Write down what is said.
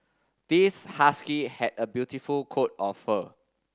this husky had a beautiful coat of fur